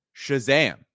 Shazam